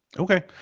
okay.